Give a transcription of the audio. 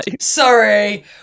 Sorry